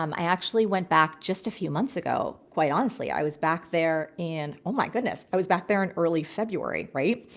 um i actually went back just a few months ago, quite honestly. i was back there in, oh my goodness, i was back there in early february. right?